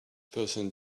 person